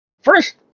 first